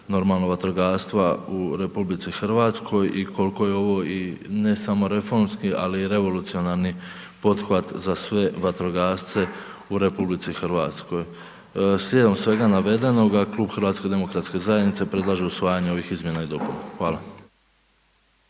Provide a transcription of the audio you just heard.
normalno vatrogastva u RH, i koliko je ovo i ne samo reformski ali i revolucionarni poduhvat za sve vatrogasce RH. Slijedom svega navedenoga, Klub HDZ-a predlaže usvajanje ovih izmjena i dopuna. Hvala.